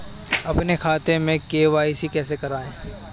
अपने खाते में के.वाई.सी कैसे कराएँ?